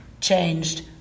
changed